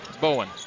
Bowen